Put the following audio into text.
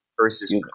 versus